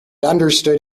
understood